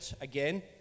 again